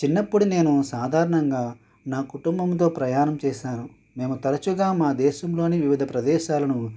చిన్నప్పుడు నేను సాధారణంగా నా కుటుంబంతో ప్రయాణం చేశాను మేము తరచుగా మా దేశంలోని వివిధ ప్రదేశాలను